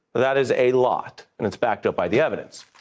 that is a lot. and it's backed up by the evidence.